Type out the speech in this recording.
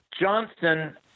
Johnson